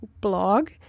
blog